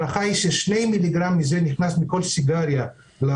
שני מיליגרם מזה נכנס לדם.